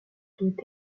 doit